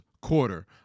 quarter